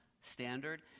standard